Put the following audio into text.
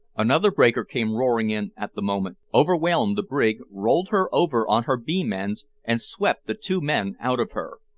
another breaker came roaring in at the moment, overwhelmed the brig, rolled her over on her beam-ends, and swept the two men out of her.